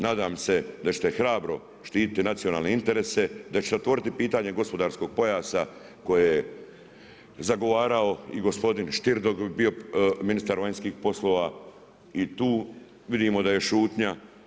Nadam se da ćete hrabro štiti nacionalne interese, da ćete otvoriti pitanje gospodarskog pojasa, koje je zagovarao i gospodin Stier dok je bio ministar vanjskih poslova i tu vidimo da je šutnja.